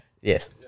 Yes